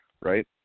right